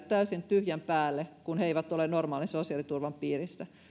täysin tyhjän päälle kun he eivät ole normaalin sosiaaliturvan piirissä